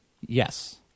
Yes